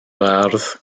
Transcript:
fardd